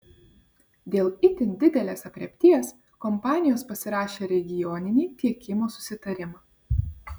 dėl itin didelės aprėpties kompanijos pasirašė regioninį tiekimo susitarimą